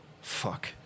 fuck